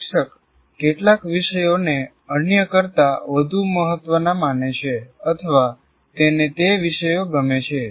શિક્ષક કેટલાક વિષયોને અન્ય કરતા વધુ મહત્વના માને છે અથવા તેને તે વિષયો ગમે છે